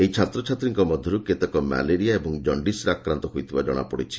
ଏହି ଛାତ୍ରଛାତ୍ରୀଙ୍କ ମଧ୍ଧରୁ କେତେକ ମ୍ୟାଲେରିଆ ଏବଂ ଜଣ୍ଡିସ୍ରେ ଆକ୍ରାନ୍ତ ହୋଇଥିବା ଜଶାପଡିଛି